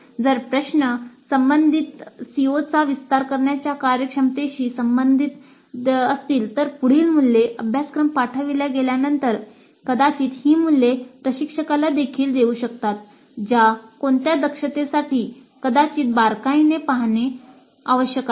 जर प्रश्न संबंधित COचा विस्तार करण्याच्या कार्यक्षमतेशी संबंधित असतील तर पुढील मूल्ये अभ्यासक्रम पाठविल्या गेल्यानंतर कदाचित ही मूल्ये प्रशिक्षकाला देखील देऊ शकतात ज्या कोणत्या दक्षतेसाठी कदाचित बारकाईने पाहणे आवश्यक आहे